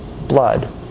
blood